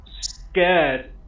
scared